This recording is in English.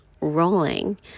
rolling